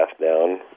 down